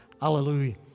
Hallelujah